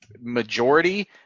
majority